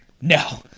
No